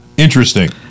Interesting